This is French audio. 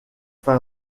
fin